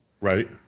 Right